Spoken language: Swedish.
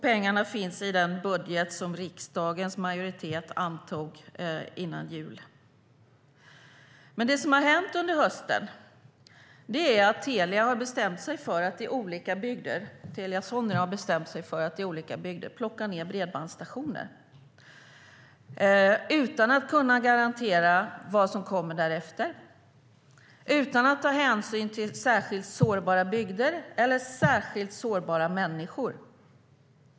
Pengarna finns i den budget som riksdagens majoritet antog före jul. Det som har hänt under hösten är att Telia Sonera har bestämt sig för att plocka ned bredbandsstationer i olika bygder utan att kunna garantera vad som kommer därefter. Man tar ingen hänsyn till särskilt sårbara bygder eller särskilt sårbara människor.